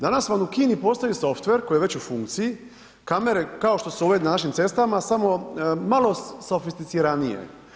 Danas vam u Kini postoji software koji je već u funkciji, kamere, kao što su ove na našim cestama, samo malo sofisticiranije.